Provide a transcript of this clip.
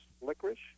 Licorice